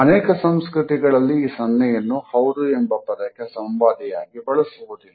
ಅನೇಕ ಸಂಸ್ಕೃತಿಗಳಲ್ಲಿ ಈ ಸನ್ನೆಯನ್ನು ಹೌದು ಎಂಬ ಪದಕ್ಕೆ ಸಂವಾದಿಯಾಗಿ ಬಳಸುವುದಿಲ್ಲ